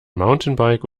mountainbike